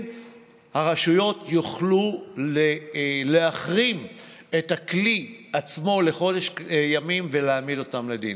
הרשויות יוכלו להחרים את הכלי עצמו לחודש ימים ולהעמיד אותם לדין.